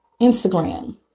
Instagram